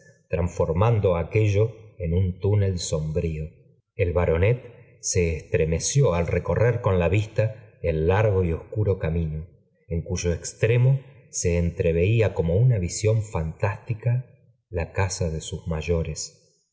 transformando aquello en un túnel sombrío i net j estremeció al recorrer con la vista ei largo y obscuro camino en cuyo extremo se enmli i a cm und v íón fantós a la casa de sus mayores